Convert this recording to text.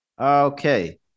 okay